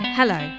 hello